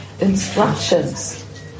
instructions